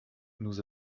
nous